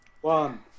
one